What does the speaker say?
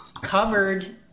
covered